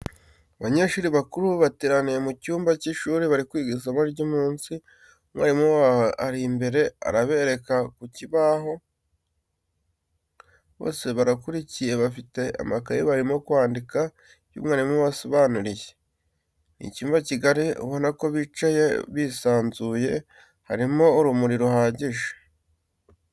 Abanyeshuri bakuru bateraniye mu cyumba cy'ishuri bari kwiga isomo ry'umunsi, umwalimu wabo ari imbere arabereka ku kibaho, bose barakurikiye bafite amakaye barimo kwandika ibyo umwalimu abasobanuriye. Ni icyumba kigari ubona ko bicaye bisanzuye, harimo urumuri ruhagije.